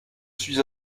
suis